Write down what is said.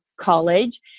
college